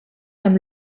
hemm